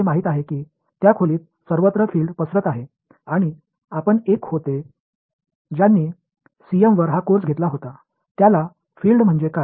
இந்த பாடத்தை எடுத்த ஒருவரால் அங்குள்ள புலம் என்ன என்று கணக்கிடுமாறு கேட்கப்படுகிறீர்கள்